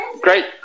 Great